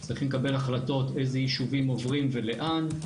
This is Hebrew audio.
צריכים לקבל החלטות איזה יישובים עוברים ולאן,